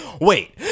wait